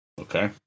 Okay